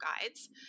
guides